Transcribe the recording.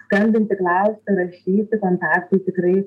skambinti klausti rašyti kontaktai tikrai